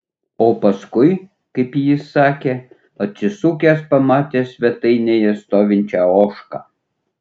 o paskui kaip jis sakė atsisukęs pamatė svetainėje stovinčią ožką